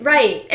Right